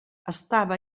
estava